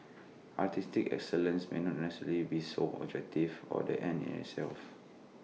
artistic excellence may not necessarily be sole objective or the end in itself